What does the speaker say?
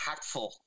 impactful